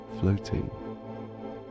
floating